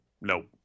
nope